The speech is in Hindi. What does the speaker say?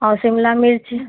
और शिमला मिर्च